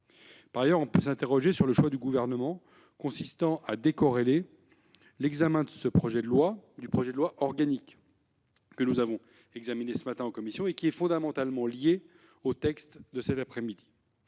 Par ailleurs, on peut s'interroger sur le choix du Gouvernement consistant à décorréler l'examen de ce projet de loi du projet de loi organique que nous avons examiné ce matin en commission, et qui est fondamentalement lié au texte que nous